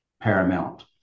paramount